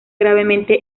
gravemente